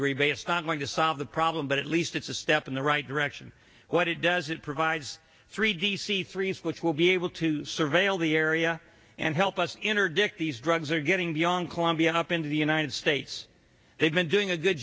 rebate it's not going to solve the problem but at least it's a step in the right direction what it does it provides three d c three s which will be able to surveil the area and help us interdict these drugs are getting beyond colombia up into the united states they've been doing a good